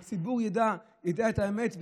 הציבור ידע את האמת.